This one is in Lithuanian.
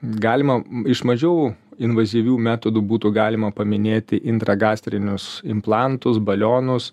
galima iš mažiau invazyvių metodų būtų galima paminėti intragastrinius implantus balionus